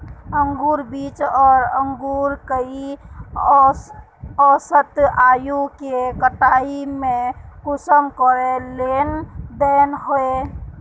अंकूर बीज आर अंकूर कई औसत आयु के कटाई में कुंसम करे लेन देन होए?